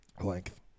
length